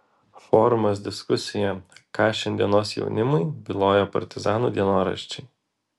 forumas diskusija ką šiandienos jaunimui byloja partizanų dienoraščiai